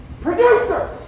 Producers